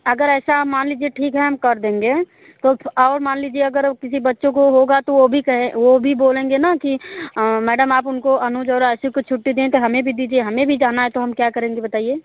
अगर ऐसा मान लीजिए ठीक है हम कर देंगे तो उसको और मान लीजिए अगर ओर किसी बच्चों को होगा तो वो भी कहे वो भी बोलेंगे ना कि मैडम आप उनको अनुज और आसू को छुट्टी दें तो हमें भी दीजिए हमें भी जाना है तो हम क्या करेंगे बताइए